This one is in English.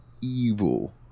evil